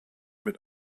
mit